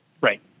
Right